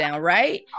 right